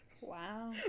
Wow